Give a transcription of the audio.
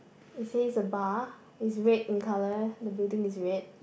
it says a bar it's red in colour the building is in red